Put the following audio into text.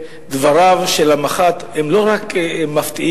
דבריו של המח"ט הם לא רק מפתיעים,